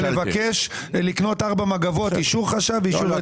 ולבקש לקנות ארבע מגבות צריך אישור חשב ואישור יועצת משפטית.